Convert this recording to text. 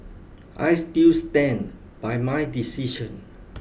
I still stand by my decision